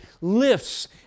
lifts